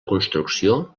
construcció